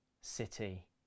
city